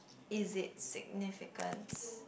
is it significance